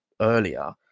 earlier